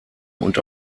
und